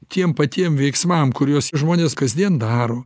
tiem patiem veiksmams kuriuos žmonės kasdien daro